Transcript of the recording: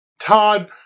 todd